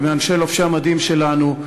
ומלובשי המדים שלנו.